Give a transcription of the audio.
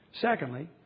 Secondly